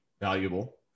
valuable